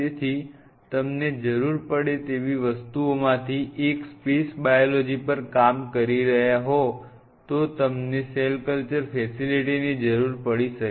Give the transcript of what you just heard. તેથી તમને જરૂર પડે તેવી વસ્તુઓમાંથી એક સ્પેસ બાયોલોજી પર કામ કરી રહ્યા હો તો તમને સેલ કલ્ચર ફેસિલિટીની જરૂર પડી શકે